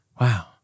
Wow